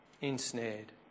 ensnared